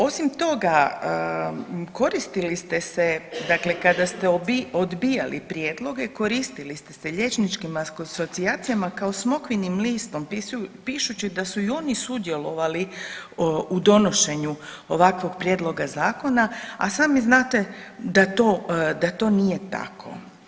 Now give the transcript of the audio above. Osim toga, koristili ste se, dakle kada ste odbijali prijedloge koristili ste se liječničkim asocijacijama kao smokvinim listom pišući da su i oni sudjelovali u donošenju ovakvog prijedloga zakona, a sami znate da to, da to nije tako.